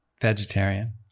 vegetarian